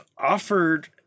offered